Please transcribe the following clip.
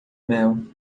mel